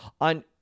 on